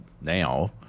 now